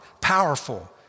powerful